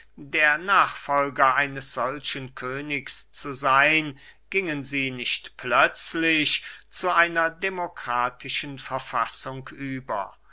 der nachfolger eines solchen königs zu seyn gingen sie nicht plötzlich zu einer demokratischen verfassung über